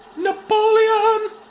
Napoleon